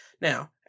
Now